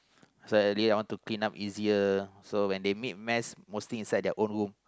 so then I want to clean up easier so when they make mess mostly inside their own room